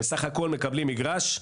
הם בסך הכל מקבלים מגרש,